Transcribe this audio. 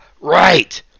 right